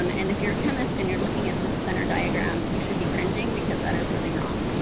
um and if you're a chemist and you're looking at this center diagram, you should be cringing, because that is really wrong.